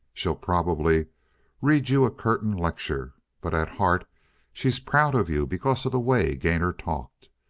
she'll probably read you a curtain lecture. but at heart she's proud of you because of the way gainor talked.